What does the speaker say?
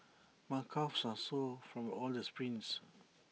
my calves are sore from all the sprints